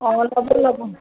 অ ল'ব ল'ব